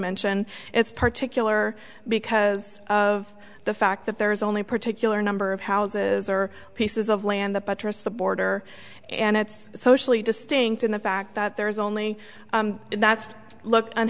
mention it's particularly because of the fact that there is only a particular number of houses or pieces of land that buttress the border and it's socially distinct in the fact that there is only one that's looked on